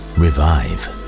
revive